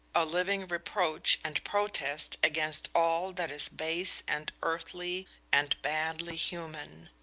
a living reproach and protest against all that is base and earthly and badly human.